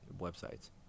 websites